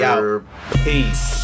Peace